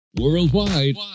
Worldwide